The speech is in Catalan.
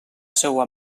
seua